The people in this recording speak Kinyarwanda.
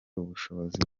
ubushobozi